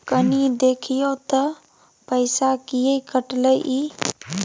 कनी देखियौ त पैसा किये कटले इ?